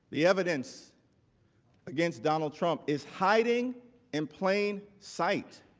the evidence against donald trump is hiding in plain sight.